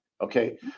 Okay